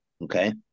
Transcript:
Okay